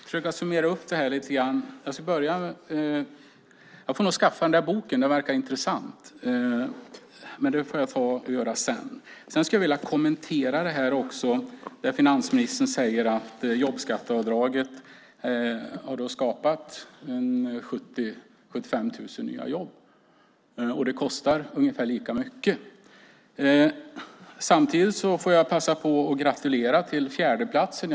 Herr talman! Jag ska försöka summera lite grann. Jag får nog skaffa den där boken; den verkar intressant. Men det får jag göra sedan. Jag skulle vilja kommentera det som finansministern säger om att jobbskatteavdraget har skapat 70 000-75 000 nya jobb och att det kostar ungefär lika mycket. Jag vill passa på att gratulera till fjärdeplatsen.